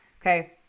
Okay